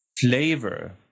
flavor